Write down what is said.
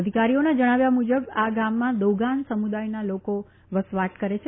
અધિકારીઓના જણાવ્યા મુજબ આ ગામમાં દોગાન સમુદાયના લોકો વસવાટ કરે છે